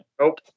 nope